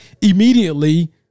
immediately